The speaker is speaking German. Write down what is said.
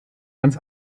ganz